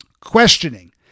Questioning